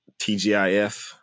TGIF